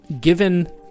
given